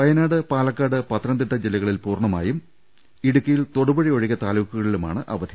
വ യനാട് പാലക്കാട് പത്തനംത്തിട്ട ജില്ലകളിൽ പൂർണമായും ഇടുക്കി യിൽ തൊടുപുഴ ഒഴികെ താലൂക്കുകളിലും ആണ് അവധി